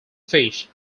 fish